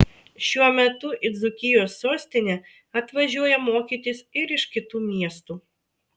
šiuo metu į dzūkijos sostinę atvažiuoja mokytis ir iš kitų miestų